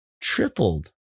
tripled